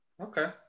Okay